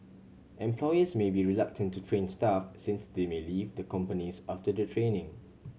employers may be reluctant to train staff since they may leave the companies after their training